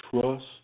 trust